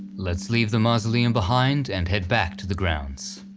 let's leave the mausoleum behind and head back to the grounds.